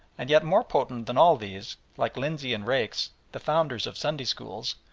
and yet more potent than all these, like lindsey and raikes, the founders of sunday schools,